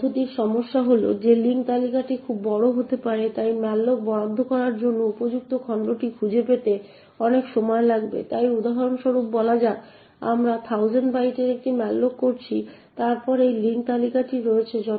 এই পদ্ধতির সমস্যা হল যে লিঙ্ক তালিকাটি খুব বড় হতে পারে এবং তাই malloc বরাদ্দ করার জন্য উপযুক্ত খণ্ডটি খুঁজে পেতে অনেক সময় লাগবে তাই উদাহরণ স্বরূপ বলা যাক আমরা 1000 বাইটের একটি malloc করেছি তারপর এই লিঙ্ক তালিকাটি রয়েছে